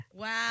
Wow